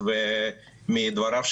התיקון שאני מציע והגשתי לייעוץ המשפטי של